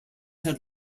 had